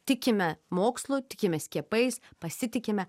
tikime mokslu tikime skiepais pasitikime